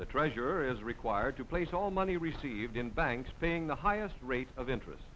the treasurer is required to place all money received in banks paying the highest rate of interest